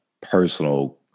personal